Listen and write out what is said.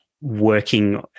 working